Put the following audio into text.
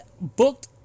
booked